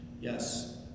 Yes